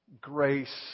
grace